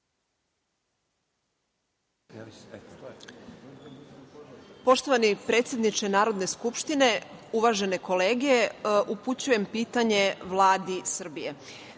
Poštovani predsedniče Narodne skupštine, uvažene kolege. Upućujem pitanje Vladi Srbije. Pre